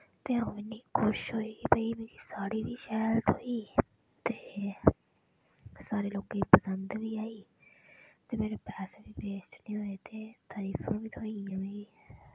ते अ'ऊं इन्नी खुश होई के भाई मिगी साड़ी बी शैल थ्होई ते सारे लोकें गी पसंद बी आई ते मेरे पैसे बी वेस्ट निं होए ते तरीफां बी थ्होई गेइयां मिगी